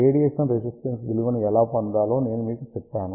radiation resistance విలువను ఎలా పొందాలో నేను మీకు చెప్పాను